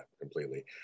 completely